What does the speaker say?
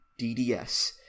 DDS